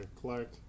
Clark